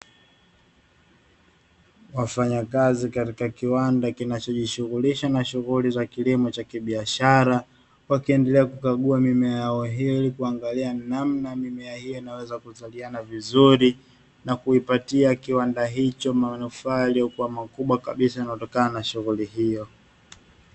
Wafanyakazi katika kiwanda kinachojishughulisha na shughuli za kilimo cha biashara, wakiendelea kukagua mimea yao hili kuangalia namna mimea hii inaweza kuzaliana vizuri na kukipatia kiwanda hicho manufaa yaliyokuwa makubwa kabisa yanayotokana na shughuli hiyo.